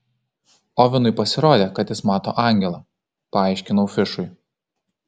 ovenui pasirodė kad jis mato angelą paaiškinau fišui